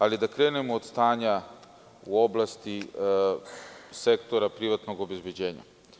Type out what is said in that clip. Ali, da krenemo od stanja u oblasti sektora privatnog obezbeđenja.